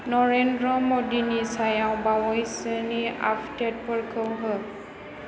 नरेन्द्र मदीनि सायाव बावैसोनि आपडेटफोरखौ हो